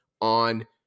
on